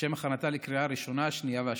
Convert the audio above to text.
לשם הכנתה לקריאה הראשונה, השנייה והשלישית.